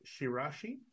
Shirashi